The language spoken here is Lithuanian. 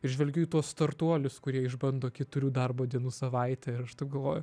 žvelgiu į tuos startuolius kurie išbando keturių darbo dienų savaitę ir galvoju